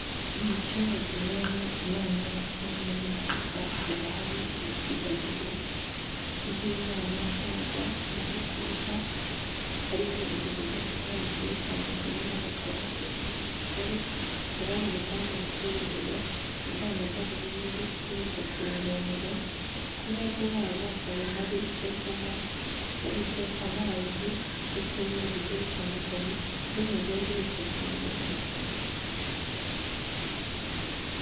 Mu cyumba kiberamo inama ndetse n'amahugurwa haba hari ibiri kujya mbere , nk'inama cyangwa amahugurwa harimo ingeri zose z'abantu zigiye zitandukanye , abagabo ndetse n'abagore hakaba hari umudamu wicaye imbere wambaye amadarubindi n'imisatsi miremire, ku meza yabo hakaba hari ibyo kunywa ari byo; amazi ndetse n'ibindi bigiye bitandukanye n'umuzungu w'imisatsi miremire.